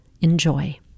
Enjoy